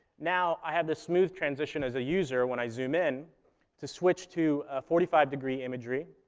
now, i have the smooth transition as a user when i zoom in to switch to a forty five degree imagery,